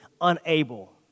unable